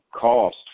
cost